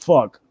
Fuck